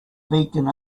beacon